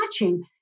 watching